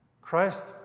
christ